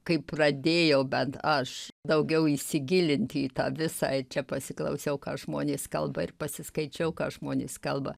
kai pradėjau bet aš daugiau įsigilinti į tą visą i čia pasiklausiau ką žmonės kalba ir pasiskaičiau ką žmonės kalba